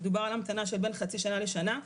דובר על המתנה של בין חצי שנה לשנה,